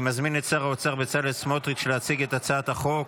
אני מזמין את שר האוצר בצלאל סמוטריץ' להציג את הצעת החוק.